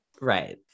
Right